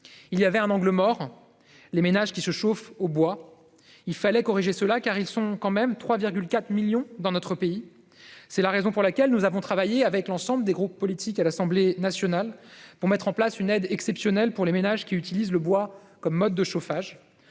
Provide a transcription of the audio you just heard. Il y avait un angle mort : les ménages qui se chauffent au bois. Il fallait corriger cela, car ils sont quand même 3,4 millions dans notre pays. C'est la raison pour laquelle nous avons travaillé avec l'ensemble des groupes politiques de l'Assemblée nationale pour mettre en place une aide exceptionnelle pour les ménages qui utilisent le bois comme mode de chauffage.